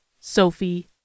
Sophie